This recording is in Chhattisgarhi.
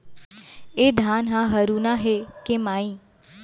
ए धान ह हरूना हे के माई?